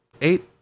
eight